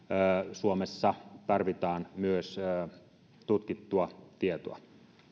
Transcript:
suomessa tarvitaan myös tutkittua tietoa